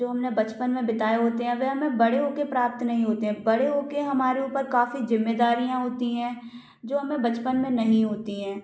जो हमने बचपन में बिताए होते हैं वे हमे बड़े हो के प्राप्त नहीं होते हैं बड़े हो के हमारे ऊपर काफ़ी जिम्मेदारियाँ होती हैं जो हमे बचपन में नहीं होती हैं